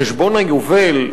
חשבון היובל,